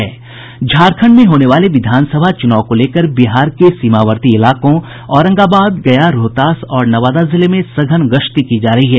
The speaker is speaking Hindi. झारखंड में होने वाले विधानसभा चुनाव को लेकर बिहार के सीमावर्ती इलाकों औरंगाबाद गया रोहतास और नवादा जिले में सघन गश्ती की जा रही है